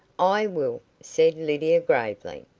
i will, said lydia, gravely.